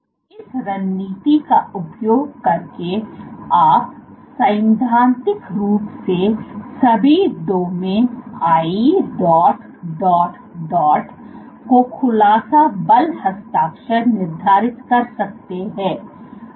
तो इस रणनीति का उपयोग करके आप सैद्धांतिक रूप से सभी डोमिन 1 dot dot dot को खुलासा बल हस्ताक्षर निर्धारित कर सकते हैं